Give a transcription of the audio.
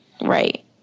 Right